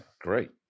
Great